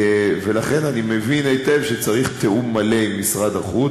ולכן אני מבין היטב שצריך תיאום מלא עם משרד החוץ,